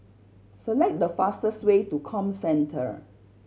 select the fastest way to Comcentre